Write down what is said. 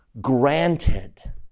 granted